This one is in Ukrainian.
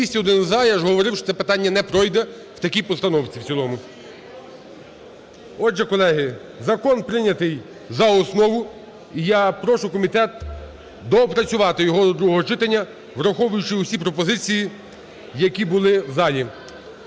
16:54:11 За-203 Я ж говорив, що це питання не пройде в такій постановці в цілому. Отже, колеги, закон прийнятий за основу. І я прошу комітет доопрацювати його до другого читання, враховуючи всі пропозиції, які були в залі.